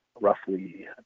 roughly